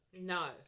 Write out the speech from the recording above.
No